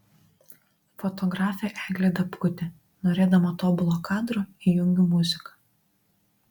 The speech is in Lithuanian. fotografė eglė dabkutė norėdama tobulo kadro įjungiu muziką